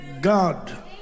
God